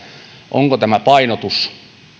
onko tämä painotus